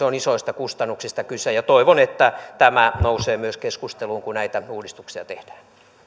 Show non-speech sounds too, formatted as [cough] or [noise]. [unintelligible] on isoista kustannuksista kyse toivon että tämä nousee myös keskusteluun kun näitä uudistuksia tehdään